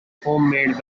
homemade